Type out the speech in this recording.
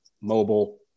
mobile